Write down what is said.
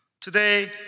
today